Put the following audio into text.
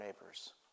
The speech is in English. neighbors